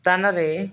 ସ୍ଥାନରେ